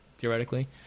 theoretically